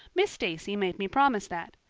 miss stacy made me promise that.